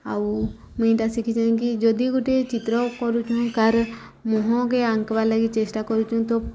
ଆଉ ମୁଇଁ ଇଟା ଶିଖିଚେଁ କି ଯଦି ଗୁଟେ ଚିତ୍ର କରୁଚୁଁ ତା'ର୍ ମୁହଁକେ ଆଙ୍କ୍ବାର୍ ଲାଗି ଚେଷ୍ଟା କରୁଚୁଁ ତ